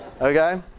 Okay